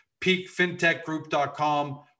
peakfintechgroup.com